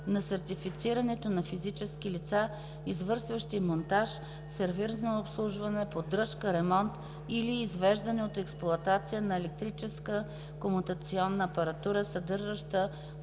на сертифицирането на физически лица, извършващи монтаж, сервизно обслужване, поддръжка, ремонт или извеждане от експлоатация на електрическа комутационна апаратура, съдържаща флуорсъдържащи